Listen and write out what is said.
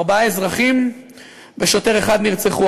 ארבעה אזרחים ושוטר אחד נרצחו,